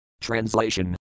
Translation